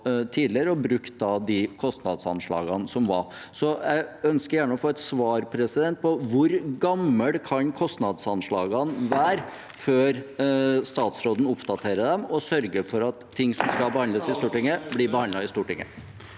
har brukt de kostnadsanslagene som forelå. Så jeg ønsker å få et svar på: Hvor gamle kan kostnadsanslagene være før statsråden oppdaterer dem og sørger for at ting som skal behandles i Stortinget, blir behandlet i Stortinget?